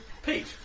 Pete